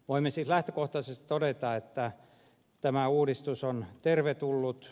voimme siis lähtökohtaisesti todeta että tämä uudistus on tervetullut